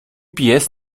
pies